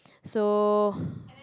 so